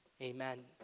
Amen